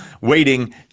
waiting